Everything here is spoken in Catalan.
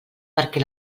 perquè